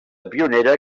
pionera